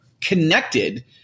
connected